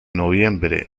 noviembre